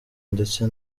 ndetse